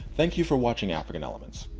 thank you for watching african elements.